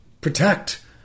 protect